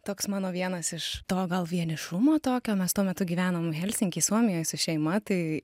toks mano vienas iš to gal vienišumo tokio mes tuo metu gyvenom helsinky suomijoj su šeima tai